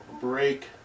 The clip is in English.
break